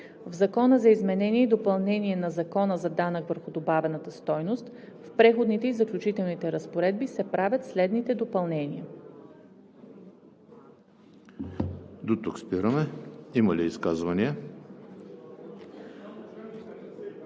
„В Закона за изменение и допълнение на Закона за данък върху добавената стойност (ДВ, бр. 104 от 2020 г.) в преходните и заключителните разпоредби се правят следните допълнения:“.